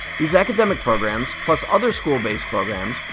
these academic programs, plus other school based programs,